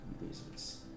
reasons